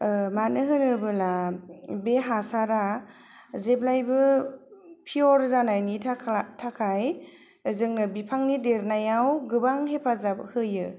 मानो होनोबोला बे हासारा जेब्लाइबो पियर जानायनि थाखा थाखाय जोंनो बिफांनि देरनायाव गोबां हेफाजाब होयो